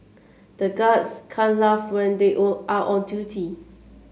the guards can't laugh when they are on duty